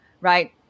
right